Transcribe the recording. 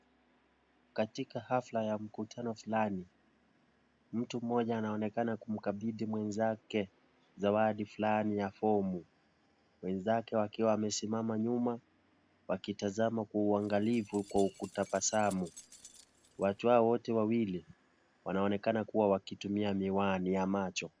Katika hafla ya mkutano fulani, mtu mmoja anaonekana kumkabidhi mwenzake zawadi fulani ya fomu, wenzake wakiwa wamesimama nyuma wakitazama kwa uangalifu kwa kutabasamu. Watu hawa wote wawili wanaonekana kuwa wakitumia miwani ya macho.